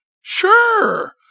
sure